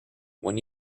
when